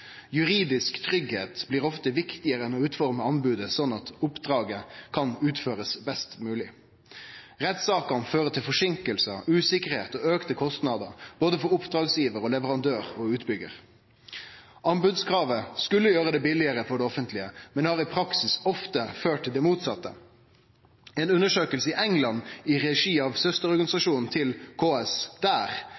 Juridisk tryggleik blir ofte viktigare enn å utforme anbodet slik at oppdraget kan utførast best mogleg. Rettssakene fører til forseinkingar, usikkerheit og auka kostnader både for oppdragsgivar, leverandør og utbyggjar. Anbodskravet skulle gjere det billigare for det offentlege, men har i praksis ofte ført til det motsette. Ei undersøking i England i regi av